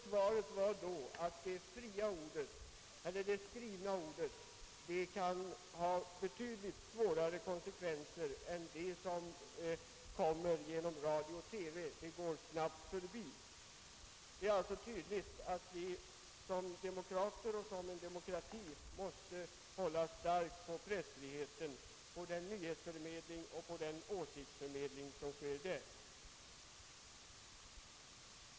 Svaret blev att det skrivna ordet kan ha betydligt svårare konsekvenser än det som förmedlas genom radio och TV och som går snabbt förbi. Det är alltså tydligt att vi som demokrater måste hålla hårt på pressfriheten och den nyhetsoch åsiktsförmedling den ger.